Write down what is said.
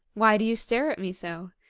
why do you stare at me so?